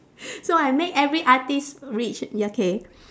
so I make every artist rich ya K